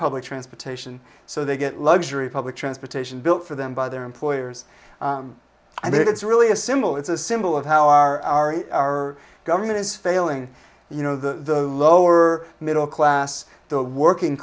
public transportation so they get luxury public transportation built for them by their employers i mean it's really a symbol it's a symbol of how our our government is failing you know the lower middle class the working